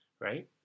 right